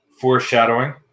Foreshadowing